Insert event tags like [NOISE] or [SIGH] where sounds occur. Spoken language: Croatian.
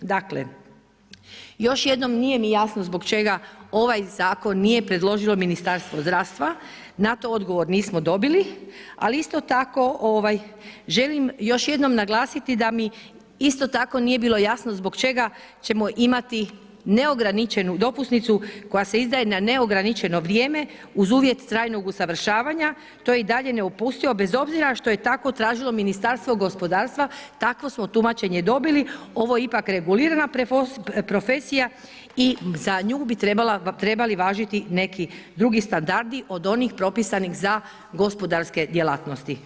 Dakle, još jednom nije mi jasno zbog čega ovaj zakon nije predložilo Ministarstvo zdravstva, na to odgovor nismo dobili ali isto tako želim još jednom naglasiti da mi isto tako nije bilo jasno zbog čega ćemo imati neograničenu dopusnicu koja se izdaje na neograničeno vrijeme uz uvjet trajnog usavršavanja, to je i dalje … [UNINTELLIGIBLE] bez obzira što je tako tražilo Ministarstvo gospodarstva, takvo smo tumačenje dobili, ovo je ipak regulirana profesija i za nju bi trebali važiti neki drugi standardi od onih propisanih za gospodarske djelatnosti.